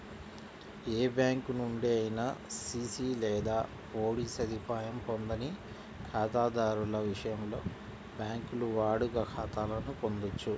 ఏ bank నుండి అయినా CC లేదా ఓడి సదుపాయం పొందని ఖాతాదారుల విషయంలో, బ్యాంకులు వాడుక ఖాతాలను పొందొచ్చు